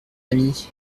ami